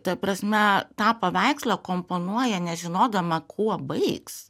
ta prasme tą paveikslą komponuoja nežinodama kuo baigs